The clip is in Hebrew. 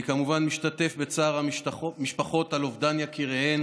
אני כמובן משתתף בצער המשפחות על אובדן יקיריהן